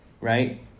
Right